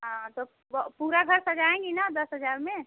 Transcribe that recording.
हाँ तो पूरा घर सजाएँगी ना दस हज़ार में